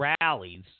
rallies